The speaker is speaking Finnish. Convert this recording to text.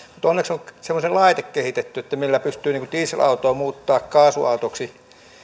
mutta onneksi on semmoinen laite kehitetty millä pystyy dieselauton muuttamaan kaasuautoksi